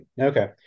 Okay